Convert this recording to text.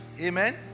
Amen